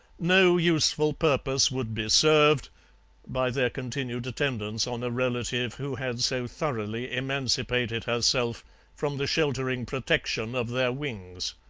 no useful purpose would be served by their continued attendance on a relative who had so thoroughly emancipated herself from the sheltering protection of their wings.